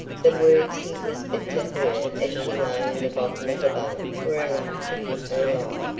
the words he whispered to her as she lay in the bottom of the boat were enough to give her life.